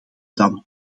dan